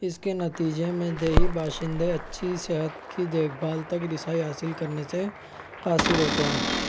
اس کے نتیجے میں دیہی باشندے اچھی صحت کی دیکھ بھال تک رسائی حاصل کرنے سے قاصر ہوتے ہیں